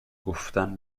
گفتن